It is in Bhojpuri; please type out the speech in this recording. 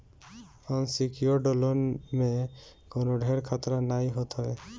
अनसिक्योर्ड लोन में कवनो ढेर खतरा नाइ होत हवे